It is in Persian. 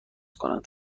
کنند